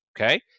Okay